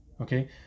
okay